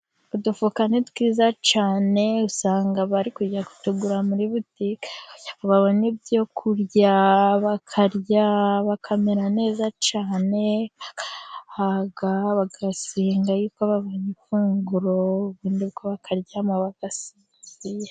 Udufuka ni twiza cyane, usanga bari kujya kutugura muri butike, babona ibyo bakarya bakamera neza cyane, bagahaga, bagasenga yuko babonye ifunguro, ubundi bakaryama bagasinzira.